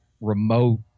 remote